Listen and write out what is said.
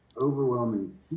overwhelming